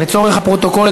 לצורך הפרוטוקול,